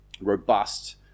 robust